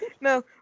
No